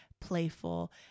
playful